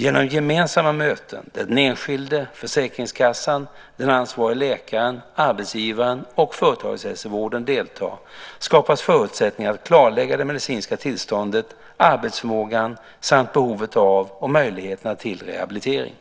Genom gemensamma möten, där den enskilde, försäkringskassan, den ansvarige läkaren, arbetsgivaren och företagshälsovården deltar, skapas förutsättningar att klarlägga det medicinska tillståndet, arbetsförmågan samt behovet av och möjligheterna till rehabilitering.